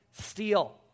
steal